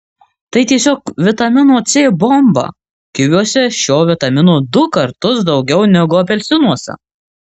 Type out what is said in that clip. tai tiesiog vitamino c bomba kiviuose šio vitamino du kartus daugiau negu apelsinuose